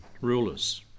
rulers